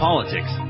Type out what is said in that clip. Politics